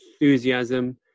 enthusiasm